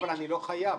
אני לא חייב.